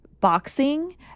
boxing